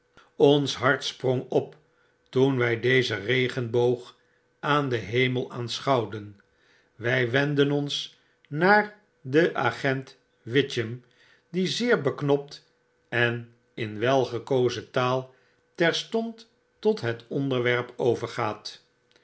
ons hart sprong op toen wy dezen regenboog aan den hemel aanschouwden wg wendden ons naar den agent witchem die zeer beknopt en in welgekozen taal terstond tot het onderwerp overgaat